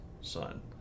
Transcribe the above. Son